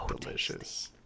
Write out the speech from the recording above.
delicious